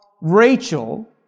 Rachel